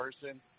person